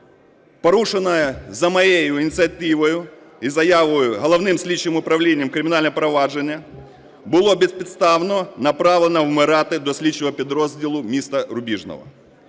Порушене за моєю ініціативою і заявою Головним слідчим управлінням кримінальне провадження було безпідставно направлено вмирати до слідчого підрозділу міста Рубіжного.